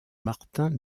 martin